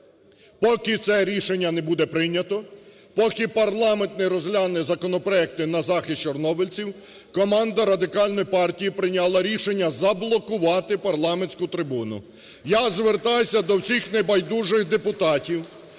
Поки це рішення не буде прийнято, поки парламент не розгляне законопроекти на захист чорнобильців, команда Радикальної партії прийняла рішення заблокувати парламентську трибуну. Я звертаюся до всіх небайдужих депутатів,